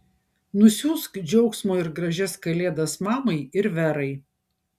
nusiųsk džiaugsmo ir gražias kalėdas mamai ir verai